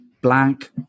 blank